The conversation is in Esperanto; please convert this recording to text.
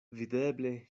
videble